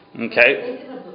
Okay